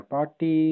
Party